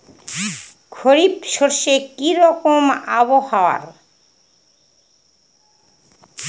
খরিফ শস্যে কি রকম আবহাওয়ার?